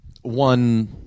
one